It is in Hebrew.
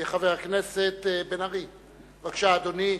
חבר הכנסת בן-ארי, בבקשה, אדוני.